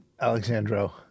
Alexandro